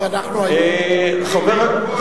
האם אין גבול לשערורייה?